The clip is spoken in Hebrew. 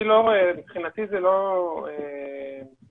אני חושבת שאפשר לכתוב שר החינוך כי שר החינוך בכל מקרה מכיר.